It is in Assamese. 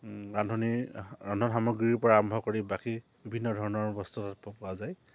ৰান্ধনিৰ ৰন্ধন সামগ্ৰীৰপৰা আৰম্ভ কৰি বাকী বিভিন্ন ধৰণৰ বস্তু তাত পোৱা যায়